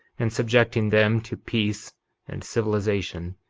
and subjecting them to peace and civilization,